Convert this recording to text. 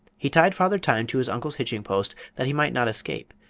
he tied father time to his uncle's hitching post, that he might not escape,